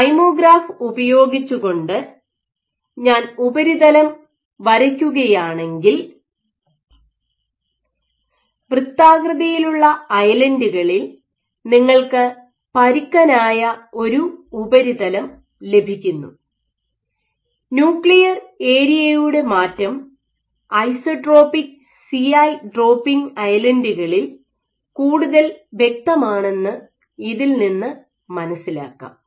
kymograph ഉപയോഗിച്ചുകൊണ്ട് ഞാൻ ഉപരിതലം വരയ്ക്കുകയാണെങ്കിൽ വൃത്താകൃതിയിലുള്ള ഐലൻഡ്കളിൽ നിങ്ങൾക്ക് പരുക്കനായ ഒരു ഉപരിതലംലഭിക്കുന്നു ന്യൂക്ലിയർ ഏരിയയുടെ മാറ്റം ഐസോട്രോപിക് സിഐ ഡ്രോപ്പിംഗ് ഐലൻഡ്കളിൽ കൂടുതൽ വ്യക്തമാണെന്ന് ഇതിൽ നിന്ന് മനസ്സിലാക്കാം